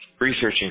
researching